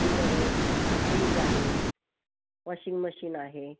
cooler आहे fridge आहे washing machine आहे